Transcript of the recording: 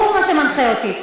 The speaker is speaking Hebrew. הוא מי שמנחה אותי.